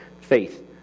faith